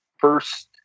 first